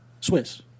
Swiss